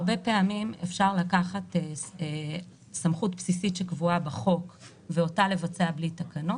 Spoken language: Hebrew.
הרבה פעמים אפשר לקחת סמכות בסיסית שקבועה בחוק ואותה לבצע בלי תקנות,